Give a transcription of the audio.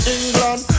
England